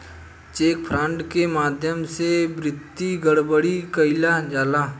check fraud के माध्यम से वित्तीय गड़बड़ी कईल जाला